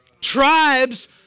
tribes